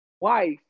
Wife